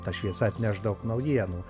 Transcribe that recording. ta šviesa atneš daug naujienų